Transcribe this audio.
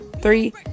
three